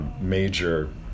Major